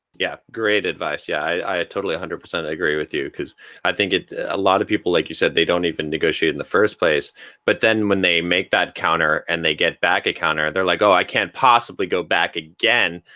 yeah. great advice. yeah i totally one hundred percent agree with you cause i think a lot of people, like you said, they don't even negotiate in the first place but then when they make that counter and they get back a counter they're like, oh, i can't possibly go back again.